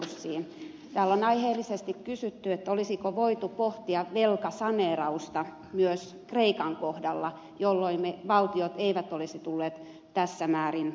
täällä on aiheellisesti kysytty olisiko voitu pohtia velkasaneerausta myös kreikan kohdalla jolloin valtiot eivät olisi tulleet tässä määrin mukaan